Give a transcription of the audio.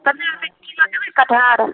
पन्द्रह रुपए किलो देबै कठहर